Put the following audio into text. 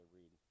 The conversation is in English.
read